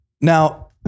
Now